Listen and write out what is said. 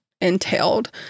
Entailed